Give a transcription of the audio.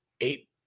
eight